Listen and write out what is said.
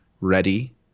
Ready